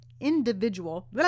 individual